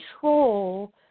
control